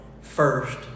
first